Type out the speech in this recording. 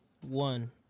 one